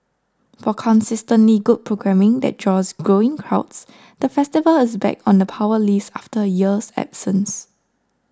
for consistently good programming that draws growing crowds the festival is back on the Power List after a year's absence